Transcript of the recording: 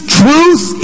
truth